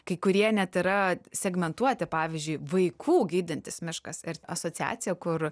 kai kurie net yra segmentuoti pavyzdžiui vaikų gydantis miškas ir asociacija kur